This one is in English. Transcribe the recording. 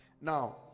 Now